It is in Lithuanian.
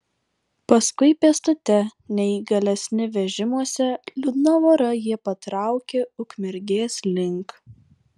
paskui pėstute neįgalesni vežimuose liūdna vora jie patraukė ukmergės link